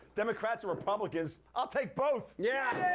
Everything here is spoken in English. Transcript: democrats or republicans. i'll take both! yeah